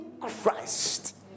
Christ